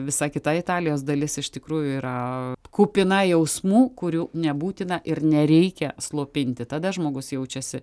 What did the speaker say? visa kita italijos dalis iš tikrųjų yra kupina jausmų kurių nebūtina ir nereikia slopinti tada žmogus jaučiasi